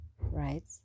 right